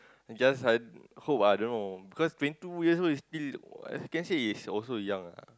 just I hope ah I don't know cause twenty two years old is still as you can say is also young ah